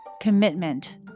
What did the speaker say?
commitment